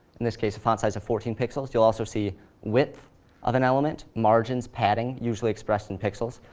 in this case, a font size of fourteen pixels. you'll also see width of an element, margins, padding, usually expressed in pixels.